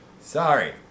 Sorry